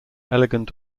elegant